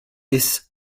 ist